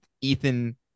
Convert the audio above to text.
Ethan